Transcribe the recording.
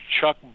Chuck